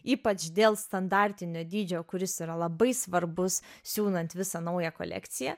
ypač dėl standartinio dydžio kuris yra labai svarbus siūnant visą naują kolekciją